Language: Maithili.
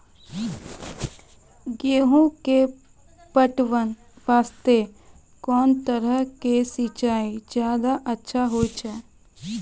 गेहूँ के पटवन वास्ते कोंन तरह के सिंचाई ज्यादा अच्छा होय छै?